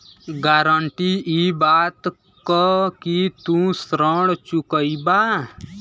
guarantee इ बात क कि तू ऋण चुकइबा